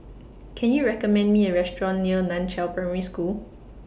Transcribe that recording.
Can YOU recommend Me A Restaurant near NAN Chiau Primary School